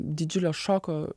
didžiulio šoko